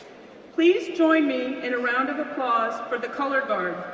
please join me in a round of applause for the color guard,